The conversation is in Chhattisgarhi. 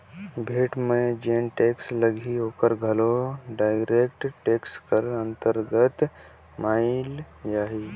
भेंट मन में जेन टेक्स लगही ओहर घलो डायरेक्ट टेक्स कर अंतरगत मानल जाही